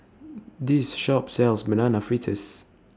This Shop sells Banana Fritters